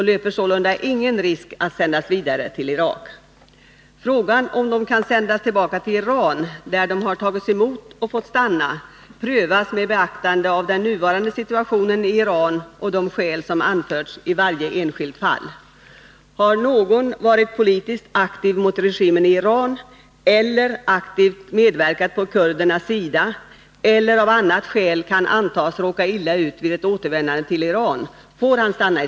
De kan närmast betecknas som statslösa, eftersom de mist sina irakiska medborgerliga rättigheter och inte erhållit motsvarande iranska. En del av dem har deltagit i den kurdiska motståndsröreisen i Iran. En utvisning till Iran av dessa människor är i många av fallen detsamma som en dödsdom.